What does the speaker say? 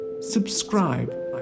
Subscribe